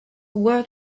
world